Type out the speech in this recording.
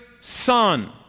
son